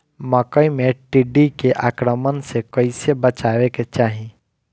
मकई मे टिड्डी के आक्रमण से कइसे बचावे के चाही?